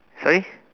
sorry